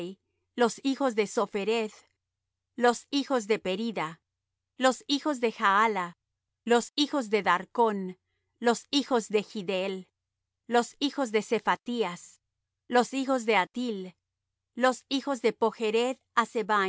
los hijos de sophereth los hijos de perida los hijos de jahala los hijos de darcón los hijos de giddel los hijos de sephatías los hijos de hattil los hijos de pochreth hassebaim los